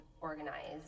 organized